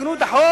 שיתקנו את החוק,